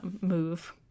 move